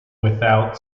without